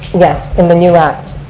yes in the new act.